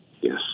Yes